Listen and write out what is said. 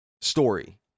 story